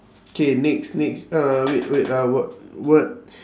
K next next uh wait wait ah what what